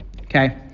Okay